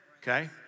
okay